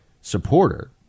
supporter